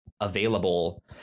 available